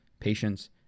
patience